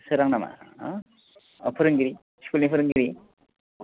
सोरां नामा फोरोंगिरि स्कुलनि फोरोंगिरि